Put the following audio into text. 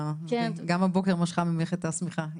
גם הבוקר משכה ממך את השמיכה.